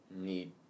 need